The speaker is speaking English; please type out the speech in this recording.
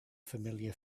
familiar